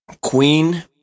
Queen